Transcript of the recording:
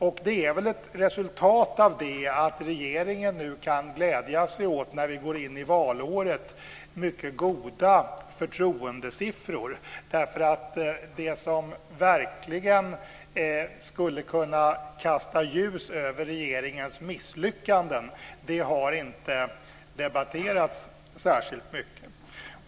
Att regeringen nu när vi går in i valåret kan glädja sig åt mycket goda förtroendesiffror är väl ett resultat av detta. Det som verkligen skulle kunna kasta ljus över regeringens misslyckanden har inte debatterats särskilt mycket.